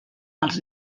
als